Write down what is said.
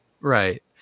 Right